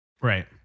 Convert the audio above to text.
Right